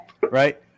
right